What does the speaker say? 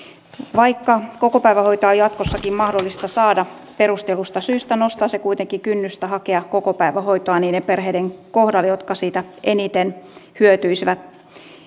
vaikka kokopäivähoitoa on jatkossakin mahdollista saada perustellusta syystä nostaa se kuitenkin kynnystä hakea kokopäivähoitoa niiden perheiden kohdalla jotka siitä eniten hyötyisivät